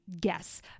guess